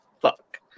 fuck